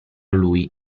lui